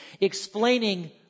explaining